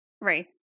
Right